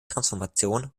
transformation